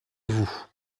vous